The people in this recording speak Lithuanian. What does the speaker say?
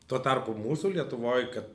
tuo tarpu mūsų lietuvoj kad